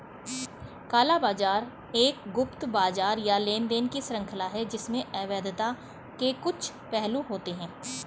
काला बाजार एक गुप्त बाजार या लेनदेन की श्रृंखला है जिसमें अवैधता के कुछ पहलू होते हैं